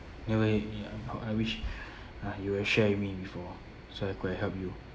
in a way ya how I wished uh you will share with me before so I could have helped you